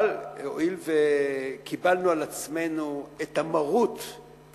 אבל הואיל וקיבלנו על עצמנו את המרות או